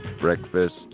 breakfast